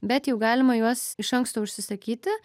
bet jau galima juos iš anksto užsisakyti